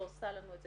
היום